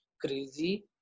crazy